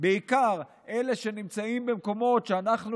ובעיקר לאלה שנמצאים במקומות שאנחנו,